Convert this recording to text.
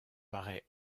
paraît